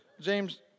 James